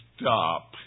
stop